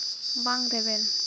ᱵᱟᱝ ᱨᱮᱵᱮᱱ